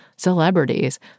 celebrities